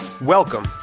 Welcome